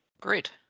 Great